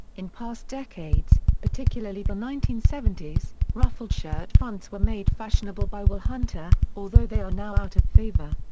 in past decades, particularly the nineteen seventy s, ruffled shirt fronts were made fashionable by will hunter, although they are now out of favour.